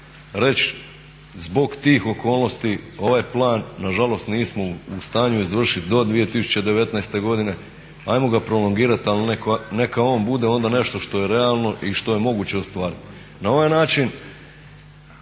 reć' zbog tih okolnosti ovaj plan nažalost nismo u stanju izvršit do 2019. godine, ajmo ga prolongirat ali neka on bude onda nešto što je realno i što je moguće ostvariti.